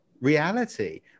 Reality